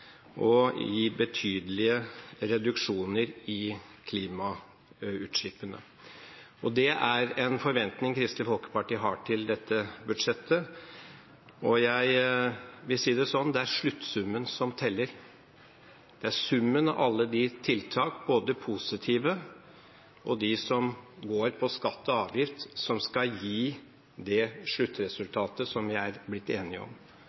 og gi betydelige reduksjoner i klimautslippene. Det er en forventning Kristelig Folkeparti har til dette budsjettet, og jeg vil si det sånn: Det er sluttsummen som teller, det er summen av alle tiltak, både de positive og de som går på skatt og avgift, som skal gi det sluttresultatet som vi er blitt enige om.